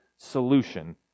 Solution